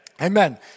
Amen